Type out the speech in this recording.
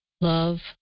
love